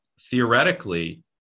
theoretically